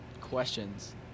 questions